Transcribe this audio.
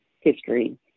history